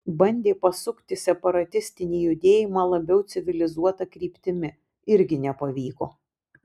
bandė pasukti separatistinį judėjimą labiau civilizuota kryptimi irgi nepavyko